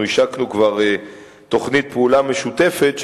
כבר השקנו תוכנית פעולה משותפת,